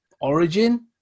origin